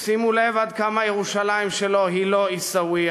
שימו לב עד כמה ירושלים שלו היא לא עיסאוויה,